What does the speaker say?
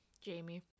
Jamie